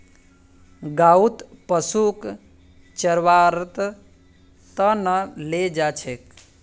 गाँउत पशुक चरव्वार त न ले जा छेक